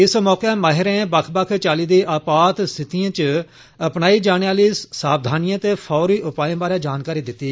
इस मौके माहिरें बक्ख बक्ख चाली दी आपात स्थितिएं च अपनाई जाने आली साबधानिएं ते फौरी उपाएं बारै जानकारी दित्ती